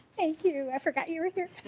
thank you i forgot you were here.